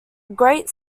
great